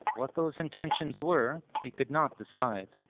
what those intentions were he could not decide,